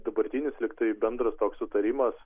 dabartinis lygtai bendras toks sutarimas